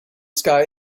sky